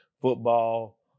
football